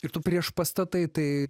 ir tu prieš pastatai tai